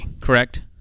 correct